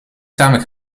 samen